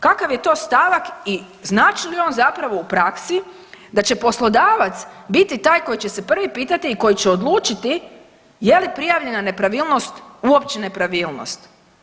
Kakav je to stavak i znači li on zapravo u praksi da će poslodavac biti taj koji će se prvi pitati i koji će odlučiti je li prijavljena nepravilnost uopće nepravilnost.